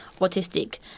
autistic